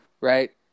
right